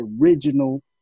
original